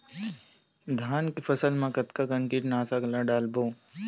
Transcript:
धान के फसल मा कतका कन कीटनाशक ला डलबो?